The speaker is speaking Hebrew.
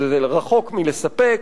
שזה רחוק מלספק,